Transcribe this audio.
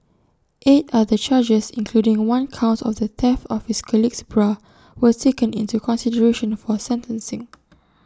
eight other charges including one count of theft of his colleague's bra were taken into consideration for sentencing